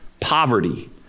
poverty